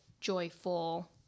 joyful